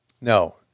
no